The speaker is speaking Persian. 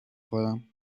خورم